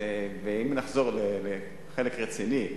אם נחזור לחלק הרציני,